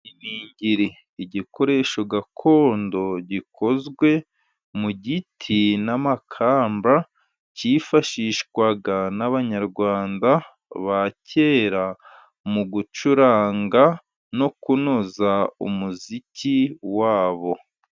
Iningiri, igikoresho gakondo gikozwe mu giti n'amakamba, cyifashishwaga n'Abanyarwanda ba kera, mu gucuranga no kunoza umuziki wabo.